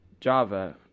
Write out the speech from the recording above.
Java